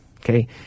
okay